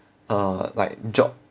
uh like job